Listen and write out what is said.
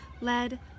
led